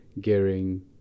gearing